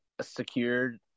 secured